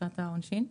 מבחינת העונשין?